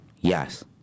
Yes